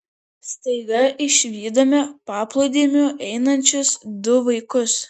staiga išvydome paplūdimiu einančius du vaikus